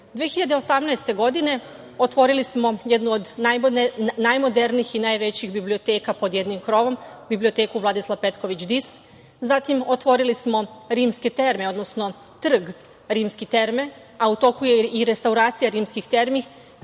2018. otvorili smo jednu od najmodernijih i najvećih biblioteka pod jednim krovom – Biblioteku „Vladislav Petković Dis“, rimske terme, odnosno Trg rimske terme, a u toku je i restauracija rimskih termi